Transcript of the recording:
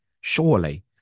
Surely